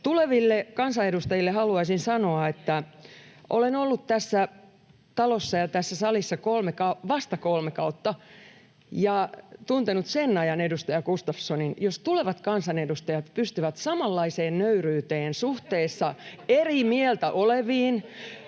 Tuleville kansanedustajille haluaisin sanoa, että olen ollut tässä talossa ja tässä salissa vasta kolme kautta ja tuntenut sen ajan edustaja Gustafssonin. Jos tulevat kansanedustajat pystyvät samanlaiseen nöyryyteen suhteessa eri mieltä oleviin,